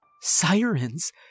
Sirens